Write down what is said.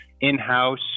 in-house